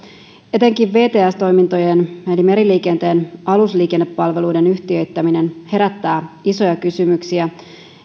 etenkin vts toimintojen eli meriliikenteen alusliikennepalveluiden yhtiöittäminen herättää isoja kysymyksiä